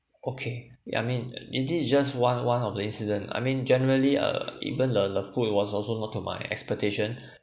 okay yeah I mean it this is just one one of the incident I mean generally uh even the the food it was also not to my expectation